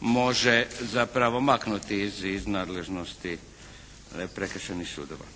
može zapravo maknuti iz nadležnosti prekršajnih sudova.